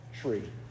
tree